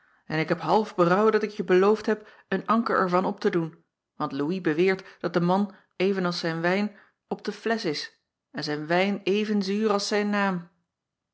en ik heb half berouw dat ik je beloofd heb een anker er van op te doen want ouis beweert dat de man even als zijn wijn op de flesch is en zijn wijn even zuur als zijn naam